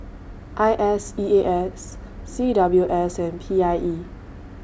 I S E A S C W S and P I E